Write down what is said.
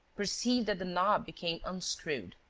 perceived that the knob became unscrewed.